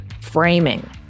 framing